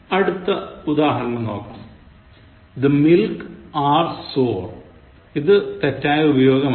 അടുത്ത ഉദാഹരണം നോക്കാം The milk are sour ഇത് തെറ്റായ ഉപയോഗമാണ്